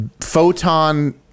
photon